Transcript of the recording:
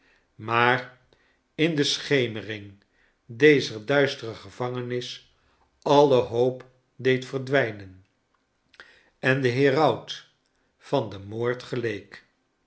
maar in de schemering dezer duistere gevangenis alle hoop deed verdwijnen en den heraut van den moord geleek